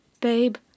babe